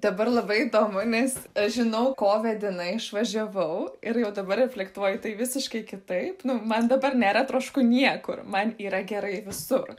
dabar labai įdomu nes aš žinau ko vedina išvažiavau ir jau dabar reflektuoju tai visiškai kitaip nu man dabar nėra trošku niekur man yra gerai visur